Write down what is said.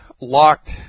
locked